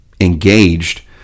engaged